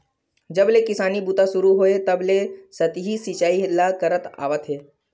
जब ले किसानी बूता सुरू होए हे तब ले सतही सिचई ल करत आवत हे